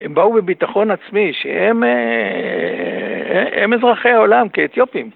הם באו בביטחון עצמי, שהם אזרחי העולם כאתיופים.